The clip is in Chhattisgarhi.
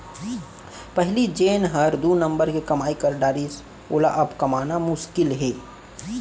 पहिली जेन हर दू नंबर के कमाई कर डारिस वोला अब कमाना मुसकिल हे